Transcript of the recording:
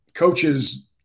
Coaches